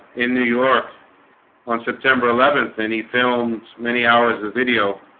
in new york on september eleventh, and he filmed many hours of video